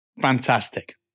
Fantastic